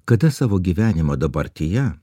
kada savo gyvenimo dabartyje